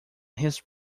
his